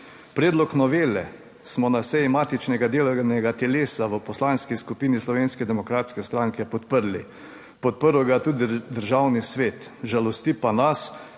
Predlog novele smo na seji matičnega delovnega telesa v Poslanski skupini Slovenske demokratske stranke podprli. Podprl ga je tudi Državni svet. Žalosti pa nas,